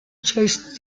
choice